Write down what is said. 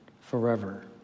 forever